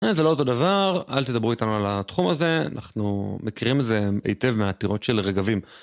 אה זה לא אותו דבר, אל תדברו איתנו על התחום הזה, אנחנו מכירים את זה היטב מהטירות של רגבים.